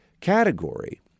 category